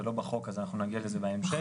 זה לא בחוק אז אנחנו נגיע לזה בהמשך,